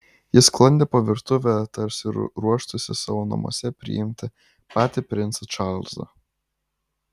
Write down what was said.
ji sklandė po virtuvę tarsi ruoštųsi savo namuose priimti patį princą čarlzą